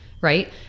right